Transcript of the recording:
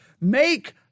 Make